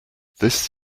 this